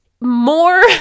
more